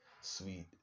sweet